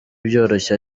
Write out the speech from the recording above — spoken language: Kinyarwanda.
byoroshye